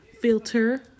filter